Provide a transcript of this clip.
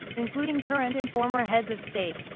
including current and former heads of state,